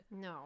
No